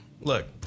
look